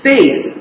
Faith